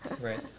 right